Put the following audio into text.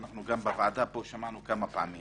שאנחנו גם פה בוועדה שמענו כמה פעמים